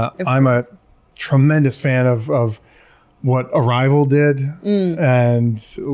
i'm a tremendous fan of of what arrival did and so